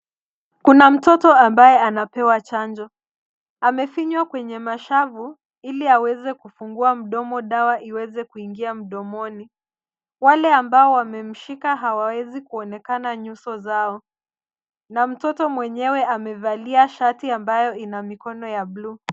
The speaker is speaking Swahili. Kuna mtoto ambaye anapewa chanjo. Amefinywa kwenye mashavu ili aweze kufungua mdomo dawa iweze kuingia mdomoni. Wale ambao wamemshika hawawezi onekana nyuso zao, na mtoto mwenyewe amevalia shati ambayo ina mikono ya buluu.